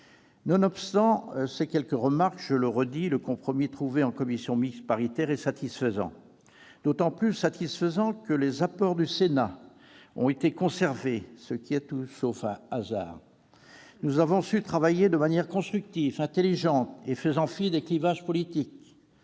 Nonobstant ces quelques remarques, je le redis, le compromis trouvé en commission mixte paritaire est satisfaisant. Il l'est d'autant plus que les apports du Sénat ont été conservés, ce qui est tout sauf un hasard. Nous avons su travailler de manière constructive, intelligente, en faisant fi des clivages politiques.